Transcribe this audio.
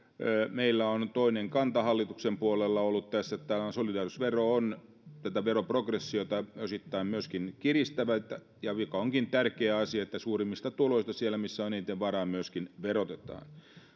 meillä on toinen kanta hallituksen puolella ollut tässä että tällainen solidaarisuusvero on tätä veroprogressiota osittain myöskin kiristävä mikä onkin tärkeä asia että suurimmista tuloista sieltä missä on eniten varaa myöskin verotetaan